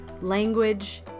language